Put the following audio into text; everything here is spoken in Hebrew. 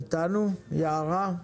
היא איתנו, יערה?